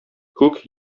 күк